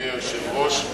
אדוני היושב-ראש,